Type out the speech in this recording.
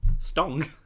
Stong